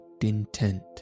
intent